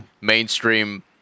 mainstream